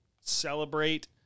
celebrate